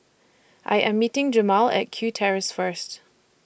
I Am meeting Jemal At Kew Terrace First